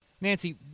Nancy